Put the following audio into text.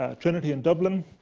ah trinity in dublin.